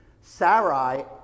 Sarai